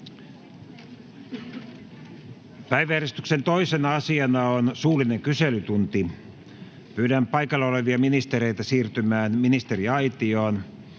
Päiväjärjestyksen 2. asiana on suullinen kyselytunti. Pyydän paikalla olevia ministereitä siirtymään ministeriaitioon.